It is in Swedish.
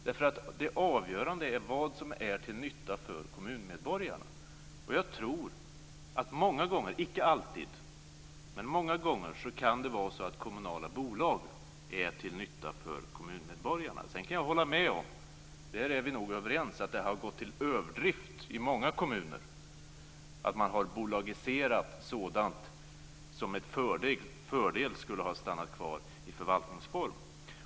Det avgörande är vad som är till nytta för kommuninvånarna. Jag tror att kommunala bolag många gånger - icke alltid - är till nytta för kommuninvånarna. Vi kan nog också vara överens om att det i många kommuner har gått till överdrift med bolagisering av sådant som med fördel skulle ha stannat kvar i förvaltningsform.